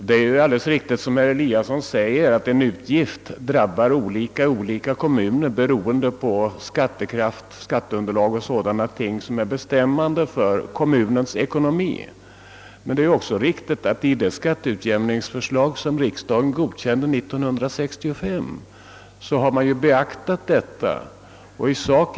Herr talman! Det är riktigt som herr Eliasson i Sundborn säger, att en viss åtgärd ekonomiskt drabbar kommunerna olika, beroende på skatteunderlag och andra ting som bestämmer kommunens ekonomi. Men det är också riktigt, att riksdagen vid genomförandet av skatteutjämningsreformen 1965 beaktade denna sak.